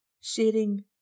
sharing